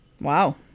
Wow